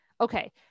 Okay